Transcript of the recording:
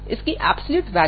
इसकी absolute value